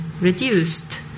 reduced